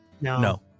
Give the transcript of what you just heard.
no